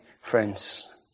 friends